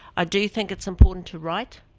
ah do think it's important to write,